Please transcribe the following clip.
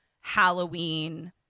Halloween